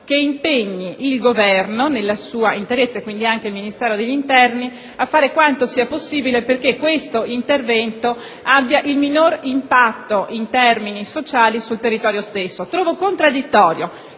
che si impegni il Governo nella sua interezza, e quindi anche il Ministero dell'interno, a fare quanto sia possibile perché tale intervento abbia il minore impatto in termini sociali sul territorio stesso. Trovo contraddittorio